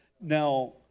Now